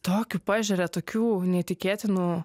tokių pažeria tokių neįtikėtinų